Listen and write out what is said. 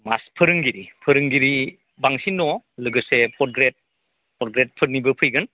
मास फोरोंगिरि फोरोंगिरि बांसिन दङ लोगोसे पर ग्रेद पर ग्रेद फोरनिबो फैगोन